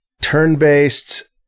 turn-based